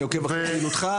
אני עוקב אחרי פעילותך.